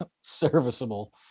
serviceable